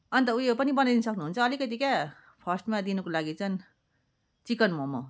अन्त उयो पनि बनाइदिनु सक्नुहुन्छ अलिकति क्या फर्स्टमा दिनुको लागि चाहिँ चिकन मोमो